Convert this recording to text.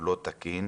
לא תקין